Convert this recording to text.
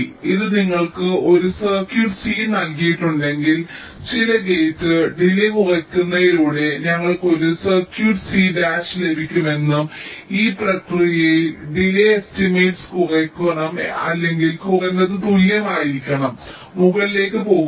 ഇത് നിങ്ങൾക്ക് ഒരു സർക്യൂട്ട് സി നൽകിയിട്ടുണ്ടെങ്കിൽ ചില ഗേറ്റ് ഡിലേയ് കുറയ്ക്കുന്നതിലൂടെ ഞങ്ങൾക്ക് ഒരു സർക്യൂട്ട് സി ഡാഷ് ലഭിക്കുമെന്നും ഈ പ്രക്രിയയിൽ ഡിലേയ് എസ്റ്റിമേറ്റും കുറയ്ക്കണം അല്ലെങ്കിൽ കുറഞ്ഞത് തുല്യമായിരിക്കണം മുകളിലേക്ക് പോകരുത്